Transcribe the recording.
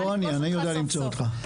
לא, אני, אני יודע למצוא אותך.